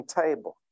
table